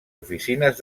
oficines